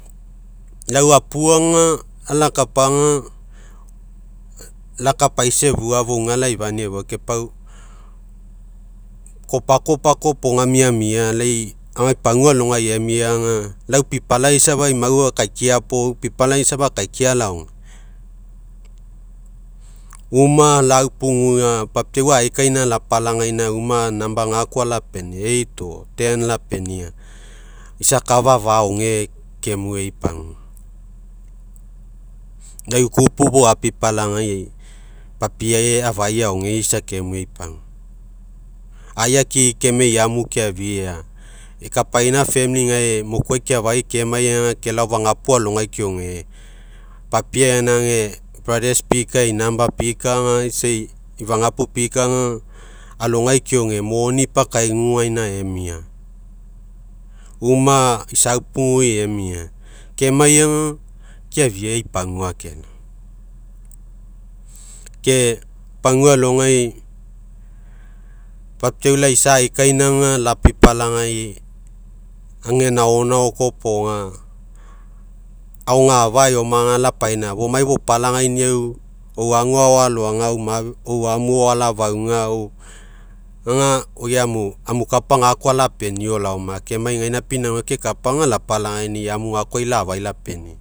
Lau apuga alakapaga, lakapaisa efua, fouga laifania efua, kai pau, kopakapa koa opoga miamia, lai amai pagua alogai emiaga, lau pipalagai safa, imau akaikia puo pipalagai safa akaikia laoge. Umalaupugua, papiau aekaina, lapalagina, uma gakoa lapenia lapenia. Isa akafa afa aoge, kemue ei pagua. Lau eu ikupu fou apiplagai papie agai aoge, isa kemue ei pagua. Ai aki'i kamui ei amu keafia, kapaina gae mokuai keafai kemaiaga, kelao fagapu alogai keoge. Papie gaina age pika ei pikaga, isa ei fagapu pikaga alogai keoge, moni ipakagaiguguainia emia, uma isaupugui emia, kemaiga, keafia ei pagua kelao, ke pagua. Alogai, papiau laisa aikainaga, lapipa lagai, ega naonao koa opoga, a'o ga'afa eomaga, lapaina fomai fopalagaininau, ouago agao ou amu agao alafauga, aga, oi amo kapa gakoa alapenio laoma, kemai gaina pinauga kekapaga lapalagaini'i, amu gakoai la'afai lapeni'i.